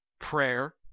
prayer